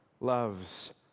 loves